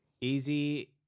Easy